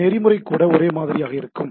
நெறிமுறை கூட ஒரே மாதிரியாக இருக்கும்